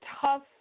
tough